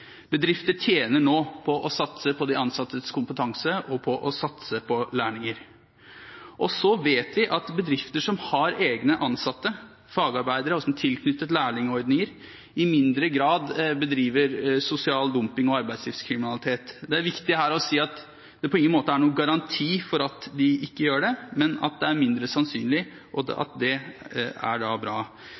Bedrifter tjener nå på å satse på de ansattes kompetanse og på å satse på lærlinger. Så vet vi at bedrifter som har egne ansatte fagarbeidere, og som er tilknyttet lærlingordninger, i mindre grad bedriver sosial dumping og arbeidslivskriminalitet. Det er viktig her å si at det på ingen måte er noen garanti for at de ikke gjør det, men at det er mindre sannsynlig, og det er bra. Men det er da